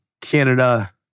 Canada